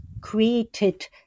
created